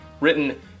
written